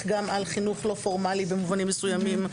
גם על חינוך לא פורמלי במובנים מסוימים.